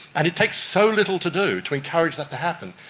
and it takes so little to do to encourage that to happen,